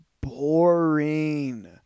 boring